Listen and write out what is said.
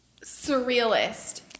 Surrealist